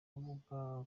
kuvuga